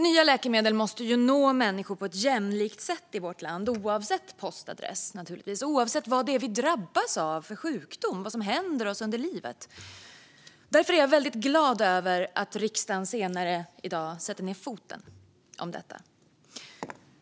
Nya läkemedel måste nå människor på ett jämlikt sätt i vårt land oavsett postadress och oavsett vilken sjukdom vi drabbas av och vad som händer oss under livet. Därför är jag glad över att riksdagen senare i dag kommer att sätta ned foten om detta.